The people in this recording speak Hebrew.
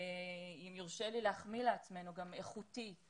אם יורשה לי להחמיא לעצמנו, גם איכותי.